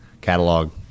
catalog